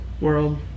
World